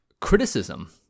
criticism